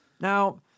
Now